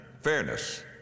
fairness